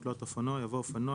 ו"תלת-אופנוע" יבוא ""אופנוע",